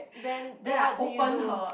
then then what did you do